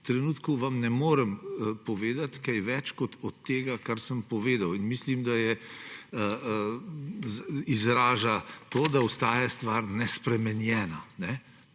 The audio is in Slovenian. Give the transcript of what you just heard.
trenutku ne morem povedati kaj več kot to, kar sem povedal. Mislim, da izraža to, da ostaja stvar nespremenjena.